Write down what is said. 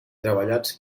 treballats